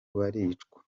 baricwa